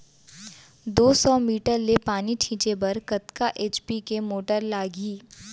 दो सौ मीटर ले पानी छिंचे बर कतका एच.पी के मोटर लागही?